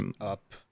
up